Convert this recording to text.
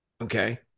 Okay